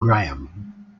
graham